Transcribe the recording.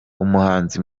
umuhanzi